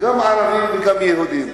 גם ערבים וגם יהודים.